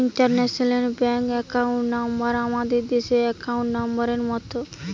international bank account number আমাদের দেশের account নম্বরের মত